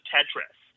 Tetris